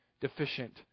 deficient